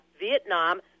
Vietnam